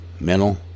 mental